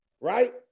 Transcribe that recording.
Right